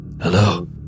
Hello